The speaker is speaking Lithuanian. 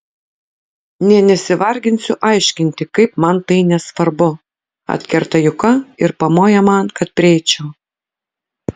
nė nesivarginsiu aiškinti kaip man tai nesvarbu atkerta juka ir pamoja man kad prieičiau